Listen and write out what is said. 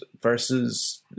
versus